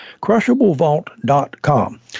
CrushableVault.com